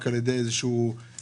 אפשר רק על ידי איזושהי מחיצה.